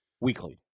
weekly